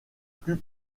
plus